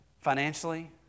financially